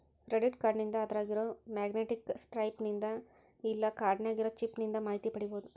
credit ಕಾರ್ಡ್ನಿಂದ ಅದ್ರಾಗಿರೊ magnetic stripe ನಿಂದ ಇಲ್ಲಾ ಕಾರ್ಡ್ ನ್ಯಾಗಿರೊ ಚಿಪ್ ನಿಂದ ಮಾಹಿತಿ ಪಡಿಬೋದು